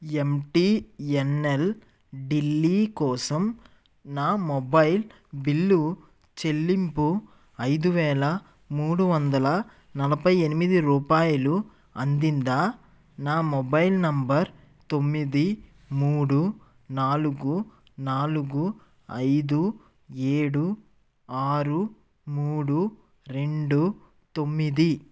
ఎమ్ T N L Delhi కోసం నా mobile bill చెల్లింపు ఐదు వేల మూడు వందల నలభై ఎనిమిది రూపాయలు అందిందా నా మొబైల్ నెంబర్ తొమ్మిది మూడు నాలుగు నాలుగు ఐదు ఏడు ఆరు మూడు రెండు తొమ్మిది